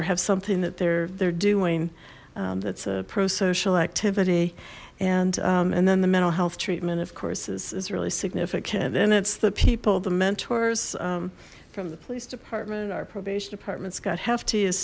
or have something that they're they're doing that's a pro social activity and and then the mental health treatment of course is is really significant and it's the people the mentors from the police department our probation departments